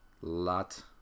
lot